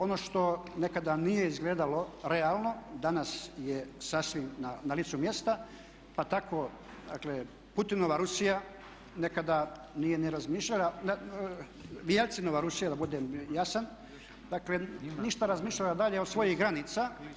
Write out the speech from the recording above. Ono što nekada nije zgledalo realno danas je sasvim na licu mjesta pa tako Putinova Rusija nekada nije ni razmišljala, Jeljcinova Rusija da budem jasan, dakle ništa razmišljala dalje od svojih granica.